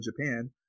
Japan